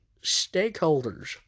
stakeholders